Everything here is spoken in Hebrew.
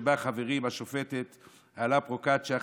שבה חברים השופטת אילה פרוקצ'יה,